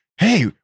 Hey